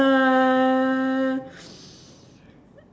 uh